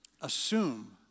Assume